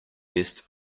best